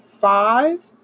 five